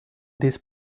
these